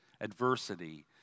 adversity